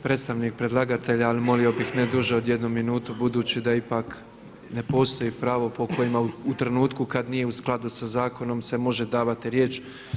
Predstavnik predlagatelja, ali molio bih ne duže od jednu minutu, budući da ipak ne postoji pravo po kojem u trenutku kada nije u skladu sa zakonom se može davati riječ.